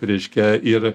reiškia ir